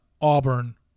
Auburn